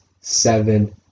seven